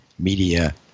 media